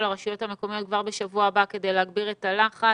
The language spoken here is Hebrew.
הרשויות המקומיות כבר בשבוע הבא כדי להגביר את הלחץ.